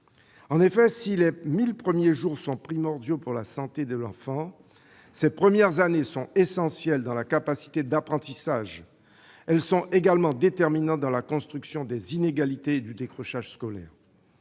En effet, si les 1 000 premiers jours sont primordiaux pour la santé de l'enfant, les premières années sont essentielles dans la capacité d'apprentissage. Elles sont également déterminantes dans la construction des inégalités et du décrochage scolaire.